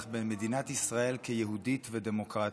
ישראל כיהודית ודמוקרטית.